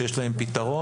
שיש להם פתרון,